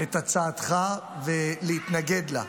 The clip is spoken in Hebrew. את הצעתך ולהתנגד לה.